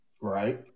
Right